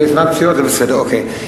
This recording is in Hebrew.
זמן פציעות, זה בסדר, אוקיי.